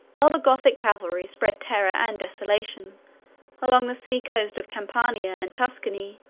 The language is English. while the gothic cavalry spread terror and desolation along the sea-coast of campania and tuscany,